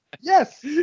Yes